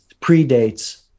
predates